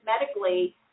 medically